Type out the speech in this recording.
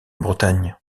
bretagne